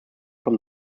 from